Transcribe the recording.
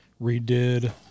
redid